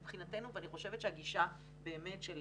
מבחינתנו, ואני חושבת שהגישה באמת של